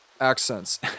accents